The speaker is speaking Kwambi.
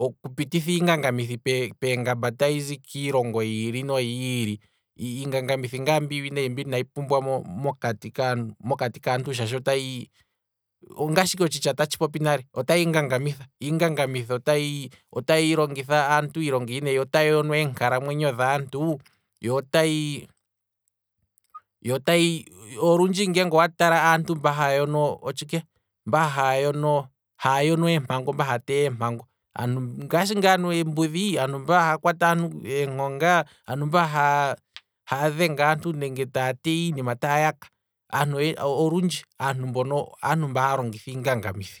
oku pititha iingangamithi peengamba tayi zi kiilongo yiili noyiili, iingangamithi ngaa mbi iwinayi inayi pumbiwa mo- mokati kaantu shaashi otayi, ngaashi ike oshitya tashi popi nale, kutya iingangamithi otyi longitha aantu iilonga iiwinayi yo otayi yono eenkalamwenyo dhaantu, yo otayi otayi, olundji ngeenge owa tala aantu mba haya yono otshike, mba haa yono. mba haa yono eempango, mba haa teya eempango ngashi ngaa embudhi aantu mba haya kwata aantu onkonga, aantu mba haya dhenge aantu nenge taya teya iinima taya yaka, aantu mbono olundji oyo mba haya longitha iingangamithi